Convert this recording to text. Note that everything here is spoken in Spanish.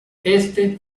éste